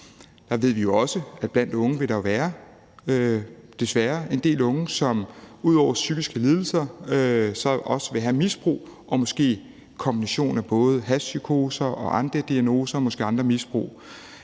Der ved vi jo også, at der desværre vil være en del unge, som ud over psykiske lidelser også har et misbrug og måske en kombination af både hashpsykoser og andre diagnoser, måske andre former